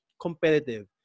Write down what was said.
competitive